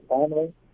family